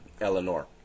Eleanor